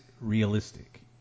realistic